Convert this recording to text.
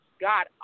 God